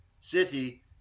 city